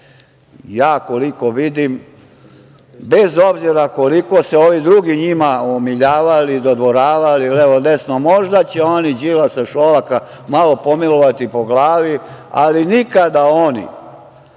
ja koliko vidim, bez obzira koliko se ovi drugi umiljavali, dodvoravali, levo, desno, možda će oni Đilasa, Šolaka, malo pomilovati po glavi, ali nikada oni